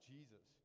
Jesus